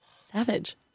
Savage